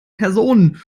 personen